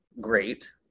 great